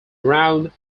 around